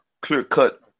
clear-cut